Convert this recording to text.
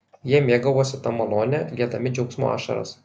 jie mėgavosi ta malone liedami džiaugsmo ašaras